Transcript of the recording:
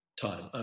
time